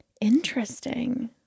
Interesting